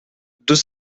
deux